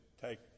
take